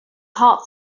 heart